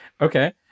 Okay